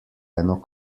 eno